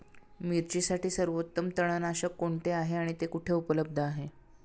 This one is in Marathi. मिरचीसाठी सर्वोत्तम तणनाशक कोणते आहे आणि ते कुठे उपलब्ध आहे?